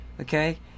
Okay